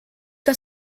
que